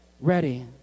ready